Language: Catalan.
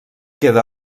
queda